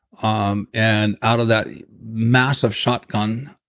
um and out of that massive shotgun